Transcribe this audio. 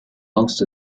most